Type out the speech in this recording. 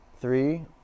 three